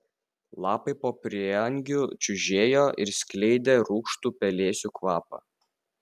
lapai po prieangiu čiužėjo ir skleidė rūgštų pelėsių kvapą